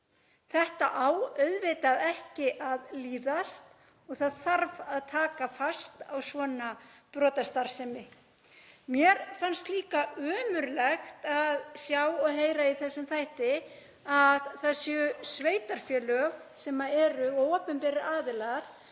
Þetta á auðvitað ekki að líðast og það þarf að taka fast á svona brotastarfsemi. Mér fannst líka ömurlegt að sjá og heyra í þessum þætti að það séu sveitarfélög, sem eru opinberir aðilar,